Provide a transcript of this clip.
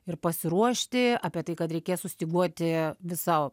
ir pasiruošti apie tai kad reikės sustyguoti visą